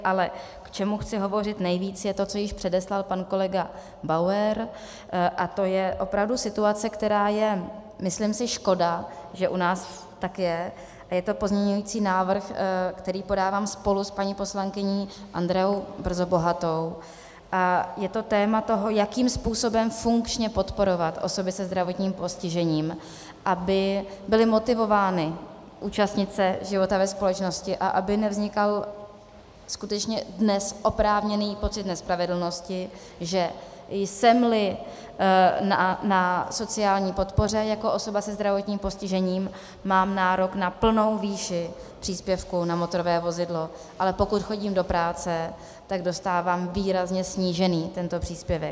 Ale k čemu chci hovořit nejvíce, je to, co již předeslal pan kolega Bauer, a to je opravdu situace, která je, myslím si, škoda, že u nás tak je, a je to pozměňovací návrh, který podávám spolu s paní poslankyní Andreou Brzobohatou, je to téma toho, jakým způsobem funkčně podporovat osoby se zdravotním postižením, aby byly motivovány účastnit se života ve společnosti a aby nevznikal skutečně dnes oprávněný pocit nespravedlnosti, že jsemli na sociální podpoře jako osoba se zdravotním postižením, mám nárok na plnou výši příspěvku na motorové vozidlo, ale pokud chodím do práce, dostávám výrazně snížený tento příspěvek.